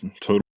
total